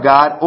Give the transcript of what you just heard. God